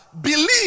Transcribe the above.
Believe